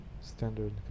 Standard